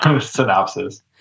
synopsis